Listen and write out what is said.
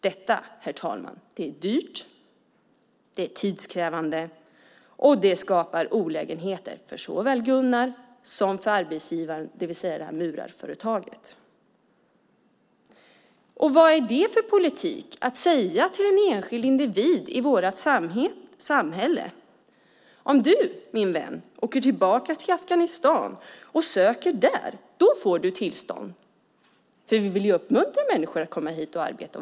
Detta, herr talman, är dyrt, tidskrävande och skapar olägenheter för såväl Gunnar som arbetsgivaren, det vill säga murarföretaget. Vad är det för politik att säga till en enskild individ i vårt samhälle att om han åker tillbaka till Afghanistan och söker därifrån får han tillstånd? Vi vill ju uppmuntra människor att komma hit och arbeta.